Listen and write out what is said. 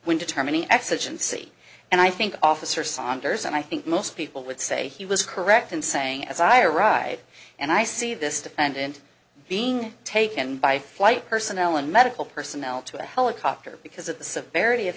when determining exigency and i think officer saunders and i think most people would say he was correct in saying as i ride and i see this defendant being taken by flight personnel and medical personnel to a helicopter because of the severity of